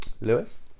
Lewis